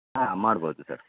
ಹಾಂ ಮಾಡ್ಬೋದು ಸರ್